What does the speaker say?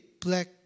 black